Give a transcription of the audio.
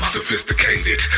Sophisticated